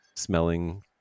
smelling